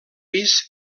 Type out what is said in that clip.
pis